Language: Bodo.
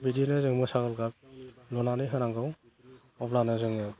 बिदिनो जों लुनानै होनांगौ अब्लानो जोङो